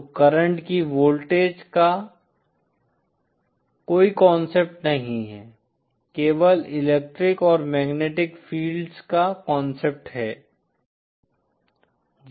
तो करंट की वोल्टेज का कोई कॉन्सेप्ट् नहीं है केवल इलेक्ट्रिक और मैग्नेटिक फ़ील्ड्स का कॉन्सेप्ट् है